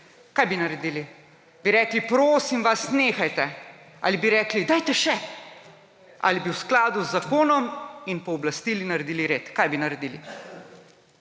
Kaj bi naredili? Bi rekli, prosim vas, nehajte, ali bi rekli, dajte še, ali bi v skladu z zakonom in pooblastili naredili red? Kaj bi naredili?